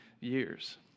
years